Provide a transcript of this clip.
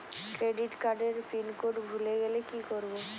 Credit কার্ডের pin code ভুলে গেলে কি করব?